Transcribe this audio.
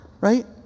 Right